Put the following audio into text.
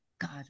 god